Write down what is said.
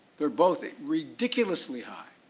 they are both ridiculously high.